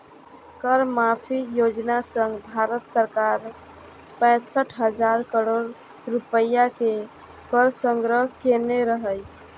कर माफी योजना सं भारत सरकार पैंसठ हजार करोड़ रुपैया के कर संग्रह केने रहै